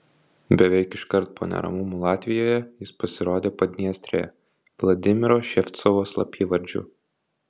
beveik iškart po neramumų latvijoje jis pasirodė padniestrėje vladimiro ševcovo slapyvardžiu